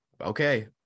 okay